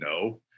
No